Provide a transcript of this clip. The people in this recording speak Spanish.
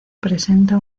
presenta